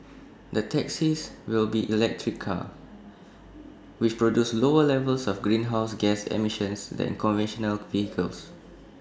the taxis will be electric cars which produce lower levels of greenhouse gas emissions than conventional vehicles